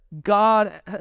God